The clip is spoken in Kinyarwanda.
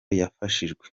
yafashijwe